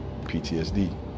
PTSD